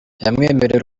yamwemereye